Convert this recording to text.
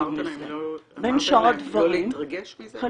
אמרתם להם לא להתרגש מזה?